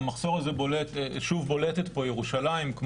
ושוב בולטת פה ירושלים,